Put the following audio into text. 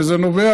וזה נובע,